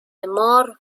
مار